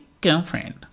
girlfriend